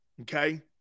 Okay